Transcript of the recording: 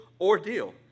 ordeal